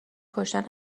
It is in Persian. کشتن